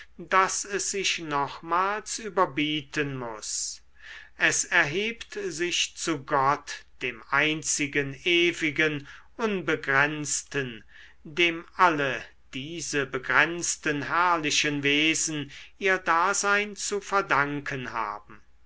daß es sich nochmals überbieten muß es erhebt sich zu gott dem einzigen ewigen unbegrenzten dem alle diese begrenzten herrlichen wesen ihr dasein zu verdanken haben